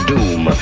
Doom